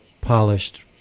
polished